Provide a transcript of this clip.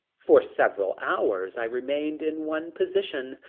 for several hours i remained in one position,